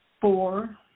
four